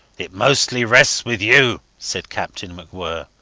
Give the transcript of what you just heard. it mostly rests with you, said captain macwhirr.